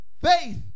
faith